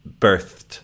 birthed